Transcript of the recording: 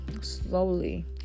slowly